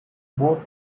both